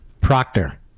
Proctor